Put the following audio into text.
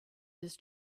this